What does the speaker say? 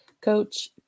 Coach